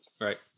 right